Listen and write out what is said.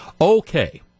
Okay